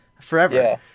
forever